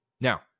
Now